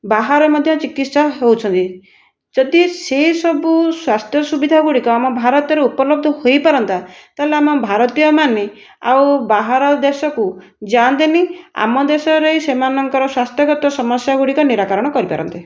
ବାହାରେ ମଧ୍ୟ ଚିକିତ୍ସା ହେଉଛନ୍ତି ଯଦି ସେସବୁ ସ୍ୱାସ୍ଥ୍ୟସୁବିଧାଗୁଡ଼ିକ ଆମ ଭାରତରେ ଉପଲବ୍ଧ ହୋଇପାରନ୍ତା ତା'ହେଲେ ଆମ ଭାରତୀୟମାନେ ଆଉ ବାହାର ଦେଶକୁ ଯାଆନ୍ତେ ନାହିଁ ଆମ ଦେଶରେ ରହି ସେମାନଙ୍କର ସ୍ୱାସ୍ଥ୍ୟଗତ ସମସ୍ୟାଗୁଡ଼ିକ ନିରାକରଣ କରିପାରନ୍ତେ